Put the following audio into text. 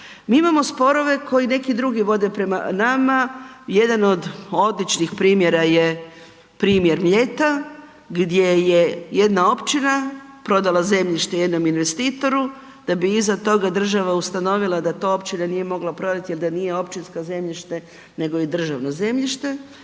Mi imamo sporove koji neki druge vode prema nama, jedan od odličnih primjera je primjer Mljeta gdje je jedna općina prodala zemljište jednom investitoru da bi iza toga država ustanovila da to općina nije mogla prodati jel da nije općinsko zemljište nego je državno zemljište.